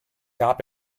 gab